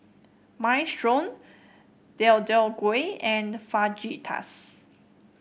Minestrone Deodeok Gui and Fajitas